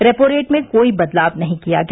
repo rate में कोई बदलाव नहीं किया गया